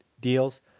deals